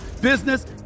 business